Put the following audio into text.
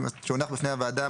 שהונח בפני הוועדה,